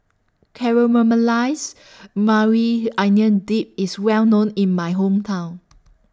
Caramelized Maui Onion Dip IS Well known in My Hometown